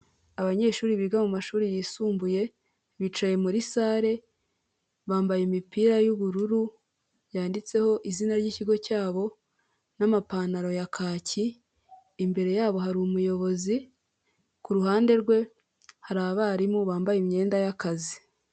Abanyeshuri biga mu mashuri yisumbuye bicaye muri sare, bambaye imipira y'ubururu yanditseho izina ry'ikigo cyabo n'amapantaro ya kaki, imbere yabo hari umuyobozi, ku ruhande rwe hari abarimu bambaye imyenda y'akazi.